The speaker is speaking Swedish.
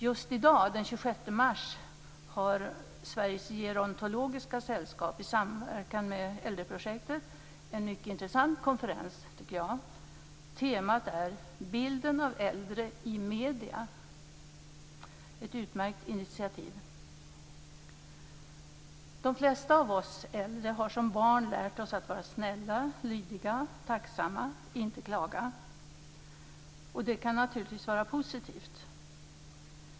Just i dag, den 26 mars, har Sveriges gerontologiska sällskap, i samverkan med äldreprojektet, en mycket intressant konferens. Temat är bilden av äldre i medierna. Det är ett utmärkt initiativ. De flesta av oss äldre har som barn lärt oss att vara snälla, lydiga, tacksamma och inte klaga. Det kan naturligtvis vara positivt.